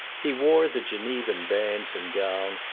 he wore the genevan bands and gown,